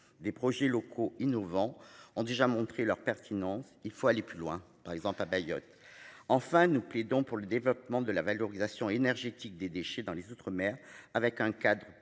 des projets locaux innovants ont déjà montré leur pertinence. Il faut aller plus loin, par exemple à Mayotte. Enfin, nous plaidons pour le développement de la valorisation énergétique des déchets dans les outre-mer avec un cadre pérenne